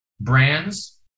brands